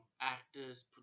actors